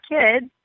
kids